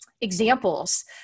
examples